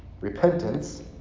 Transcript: repentance